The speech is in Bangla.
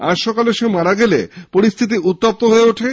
আজ সকালে সে মারা গেলে পরিস্থিতি উত্তপ্ত হয়ে ওঠে